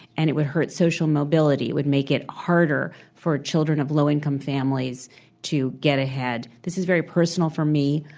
and it would hurt social mobility. it would make it harder for children of low-income families to get ahead. this is very personal for me.